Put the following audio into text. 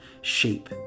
shape